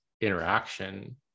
interaction